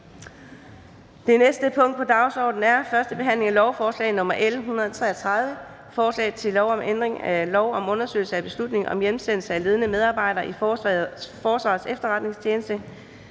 Det næste punkt på dagsordenen er: 4) 1. behandling af lovforslag nr. L 133: Forslag til lov om ændring af lov om undersøgelse af beslutningen om hjemsendelse af ledende medarbejdere i Forsvarets Efterretningstjeneste.